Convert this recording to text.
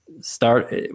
start